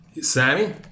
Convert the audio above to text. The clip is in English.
Sammy